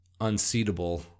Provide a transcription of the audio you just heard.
unseatable